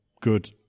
good